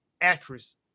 actress